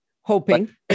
Hoping